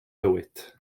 fywyd